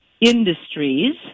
industries